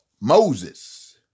Moses